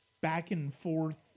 back-and-forth